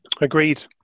agreed